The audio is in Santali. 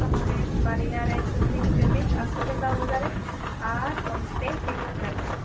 ᱛᱟᱦᱚᱞᱮ ᱵᱟᱨᱭᱟᱨᱮ ᱪᱚᱞᱞᱤᱥ ᱪᱚᱞᱞᱤᱥ ᱟᱥᱤ ᱴᱟᱠᱟ ᱩᱞ ᱫᱟᱨᱮ ᱟᱨ ᱚᱱᱛᱮ ᱛᱤᱨᱤᱥ ᱴᱟᱠᱟ